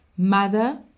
mother